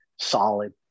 solid